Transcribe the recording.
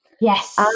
Yes